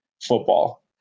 football